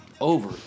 over